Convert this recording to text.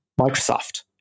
Microsoft